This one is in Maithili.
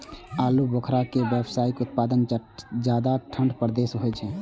आलू बुखारा के व्यावसायिक उत्पादन ज्यादा ठंढा प्रदेश मे होइ छै